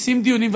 עושים דיונים,